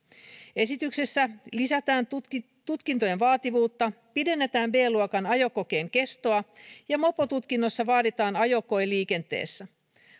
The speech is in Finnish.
esityksessä lisätään tutkintojen tutkintojen vaativuutta pidennetään b luokan ajokokeen kestoa ja mopotutkinnossa vaaditaan ajokoe liikenteessä